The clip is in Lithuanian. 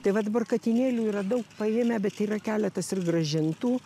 tai va dabar katinėlių yra daug paėmę bet yra keletas ir grąžintų